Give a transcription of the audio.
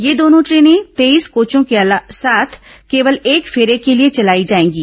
ये दोनों ट्रेने तेईस कोचों के साथ केवल एक फेरे के लिए चलाई जाएंगी